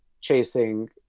chasing